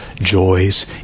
joys